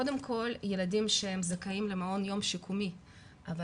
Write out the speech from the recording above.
קודם כל ילדים שהם זכאים למעון יום שיקומי אבל